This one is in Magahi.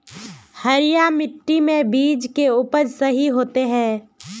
हरिया मिट्टी में बीज के उपज सही होते है?